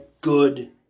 good